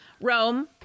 Rome